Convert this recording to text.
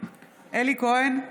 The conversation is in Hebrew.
אלי כהן,